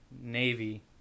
Navy